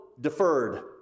deferred